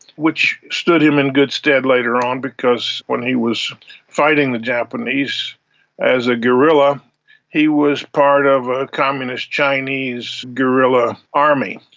which stood him in good stead later on because when he was fighting the japanese as a guerrilla he was part of a communist chinese guerrilla army.